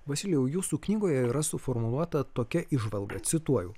vasilijau jūsų knygoje yra suformuluota tokia įžvalga cituoju